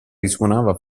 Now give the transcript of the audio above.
risuonava